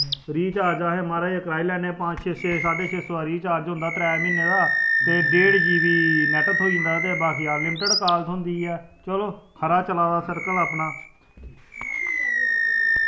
recharge असें महाराज कराई लैन्ने पंज छे छे साड्ढे छे सौ दा रिचार्ज होंदा त्रै म्हीने दा ते डेढ जी बी नेट थ्होई जंदा ते बाकी अनलिमिटड काल थ्होंदी ऐ चलो खरा चला दा सर्कल अपना